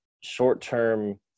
short-term